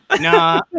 No